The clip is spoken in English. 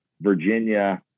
Virginia